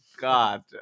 God